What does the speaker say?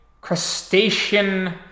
crustacean